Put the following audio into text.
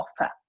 offer